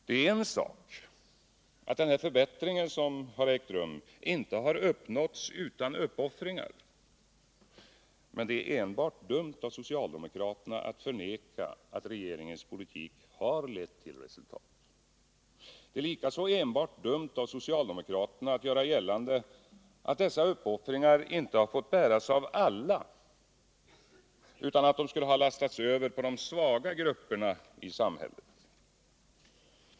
Det är en sak att den förbättring som ägt rum inte har uppnåtts utan uppoffringar, men det är enbart dumt av socialdemokraterna att förneka att regeringens politik har lett till resultat. Det är likaså enbart dumt av socialdemokraterna att göra gällande att dessa uppoffringar inte har fått bäras av alla, utan att de skulle ha lastats över på de svaga grupperna i samhället.